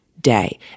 day